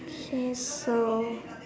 okay so